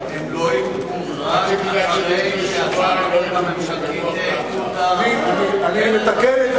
עד שגלעד שליט לא ישוחרר, הן לא יקודמו.